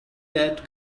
that